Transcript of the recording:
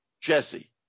Jesse